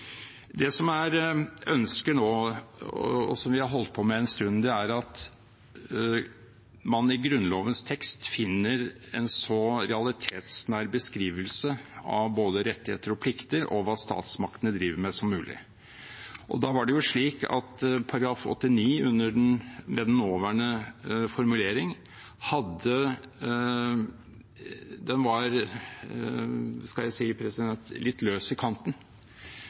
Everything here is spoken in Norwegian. Det som er ønsket nå, og som vi har holdt på med en stund, er at man i Grunnlovens tekst finner en så realitetsnær beskrivelse som mulig av både rettigheter og plikter og hva statsmaktene driver med. Da var det slik at § 89 med den nåværende formulering var, skal jeg si, litt løs i kanten.